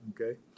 okay